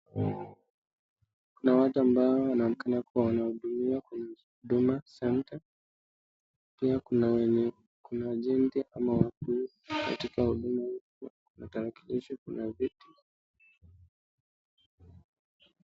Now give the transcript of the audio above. Kuna watu ambao wanaonekana kuwa wanahudumiwa kwenye huduma centre, pia kuna wenye, kuna agenti ama wahudumu katika huduma hii, kuna tarakilishi, kuna viti.